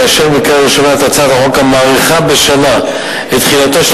לאשר בקריאה ראשונה את הצעת החוק המאריכה בשנה את תחילתו של